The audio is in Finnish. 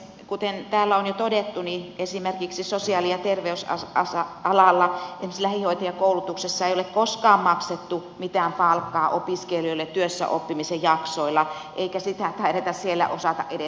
kuten täällä on jo todettu niin esimerkiksi sosiaali ja terveysalalla esimerkiksi lähihoitajakoulutuksessa ei ole koskaan maksettu mitään palkkaa opiskelijoille työssäoppimisen jaksoilla eikä sitä taideta siellä osata edes kaivata